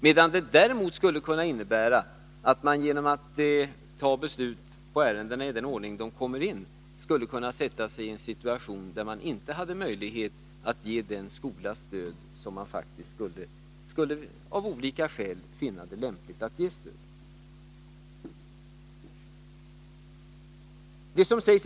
Det skulle däremot kunna innebära att man genom att ta ärenden och beslut i den ordning de kommer in kunde försätta sig i en situation där man inte hade möjlighet att ge den skola stöd som man av olika skäl fann det lämpligt att ge stöd.